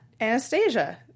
Anastasia